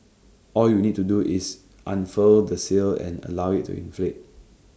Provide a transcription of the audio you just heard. all you need to do is unfurl the sail and allow IT to inflate